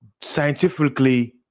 scientifically